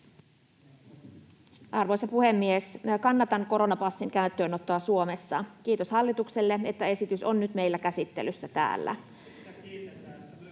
Arvoisa puhemies! Kannatan koronapassin käyttöönottoa Suomessa. Kiitos hallitukselle, että esitys on nyt meillä käsittelyssä täällä.